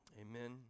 amen